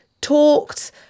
talked